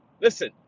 Listen